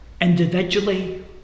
individually